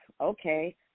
okay